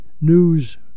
news